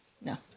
No